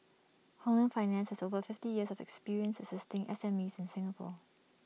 Hong Leong finance has over fifty years of experience assisting SMEs in Singapore